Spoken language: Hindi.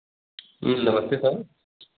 नमस्ते सर